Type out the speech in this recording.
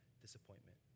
disappointment